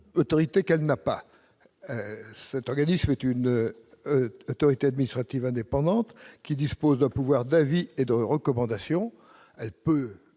autorité qu'elle n'a pas. Cette autorité administrative indépendante dispose d'un pouvoir d'avis et de recommandation. Elle peut